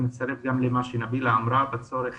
אני מצטרף גם למה שנבילה אמרה, הצורך